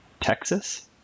Texas